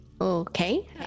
Okay